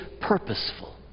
purposeful